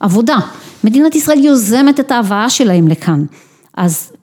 עבודה. מדינת ישראל יוזמת את ההבאה שלהם לכאן אז